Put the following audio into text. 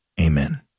Amen